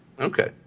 Okay